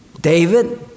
David